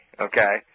okay